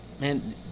man